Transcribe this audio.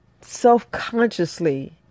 self-consciously